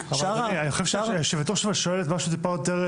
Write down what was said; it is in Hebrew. אבל אדוני, היושבת-ראש שואלת משהו אחר.